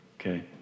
okay